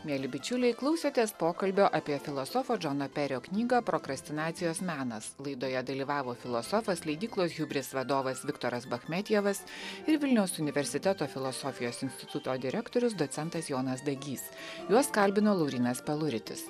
mieli bičiuliai klausėtės pokalbio apie filosofo džoną perio knygą prokrastinacijos menas laidoje dalyvavo filosofas leidyklos hiubris vadovas viktoras bachmetjevas ir vilniaus universiteto filosofijos instituto direktorius docentas jonas dagys juos kalbino laurynas peluritis